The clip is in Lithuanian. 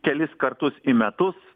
kelis kartus į metus